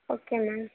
okay ma'am